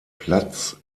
platz